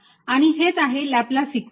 आणि हेच आहे लाप्लास इक्वेशन